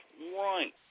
right